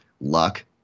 luck